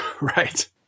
Right